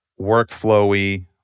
workflowy